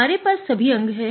हमारे पास सभी अंग है